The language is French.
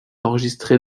enregistrée